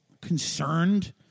concerned